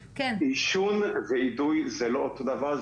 עישון ואידוי זה לא אותו דבר,